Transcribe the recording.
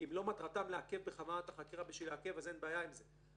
ולא מטרתן לעכב את החקירה בכוונה אז אין בעיה עם זה.